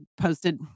posted